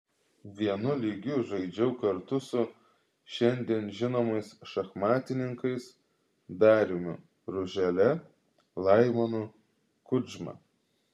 vienu lygiu žaidžiau kartu su šiandien žinomais šachmatininkais dariumi ružele laimonu kudžma